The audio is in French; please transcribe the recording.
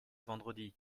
vendredi